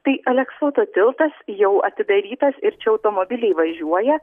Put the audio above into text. tai aleksoto tiltas jau atidarytas ir čia automobiliai važiuoja